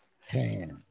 hand